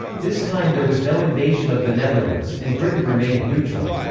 this time there was no invasion of the netherlands, and britain remained neutral.